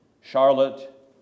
Charlotte